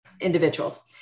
Individuals